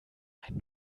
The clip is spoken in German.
ein